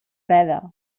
freda